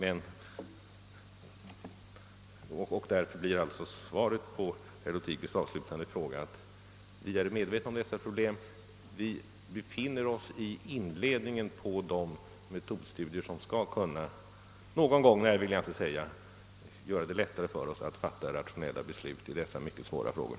Svaret på herr Lothigius” avslutande fråga blir alltså, att vi är medvetna om dessa problem och att vi befinner oss i inledningsskedet av de metodstudier som skall kunna — någon gång, men när kan jag inte säga — göra det lättare för oss att fatta rationella beslut i dessa mycket svåra frågor.